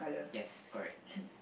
yes correct